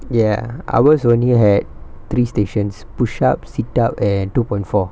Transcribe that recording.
ya ours only had three stations push up sit up and two point four